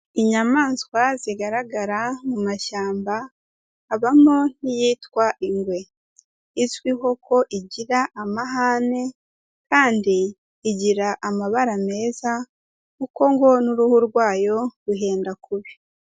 Inyamaswa zigaragara mu mashyamba habamo n'iyitwa ingwe, izwiho ko igira amahane kandi igira amabara meza kuko ngo n'uruhu rwayo ruhenda kubi.